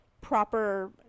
proper